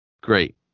great